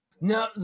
No